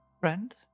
Friend